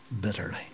bitterly